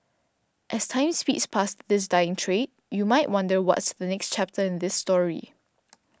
as time speeds past this dying trade you might wonder what's the next chapter in this story